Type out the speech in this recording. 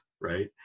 right